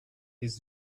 his